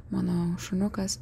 mano šuniukas